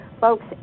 Folks